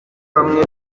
bamwe